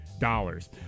dollars